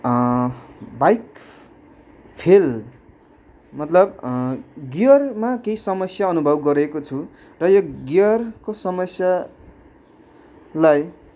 bike fail मतलब गियरमा केही समस्या अनुभव गरेको छु र यो गियरको समस्यालाई